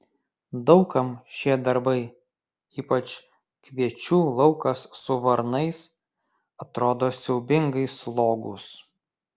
daug kam šie darbai ypač kviečių laukas su varnais atrodo siaubingai slogūs